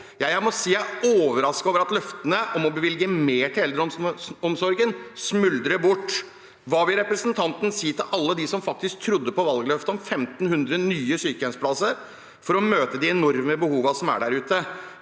jeg er overrasket over at løftene om å bevilge mer til eldreomsorgen smuldrer bort. Hva vil representanten si til alle dem som faktisk trodde på valgløftet om 1 500 nye sykehjemsplasser for å møte de enorme behovene som er